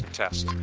test,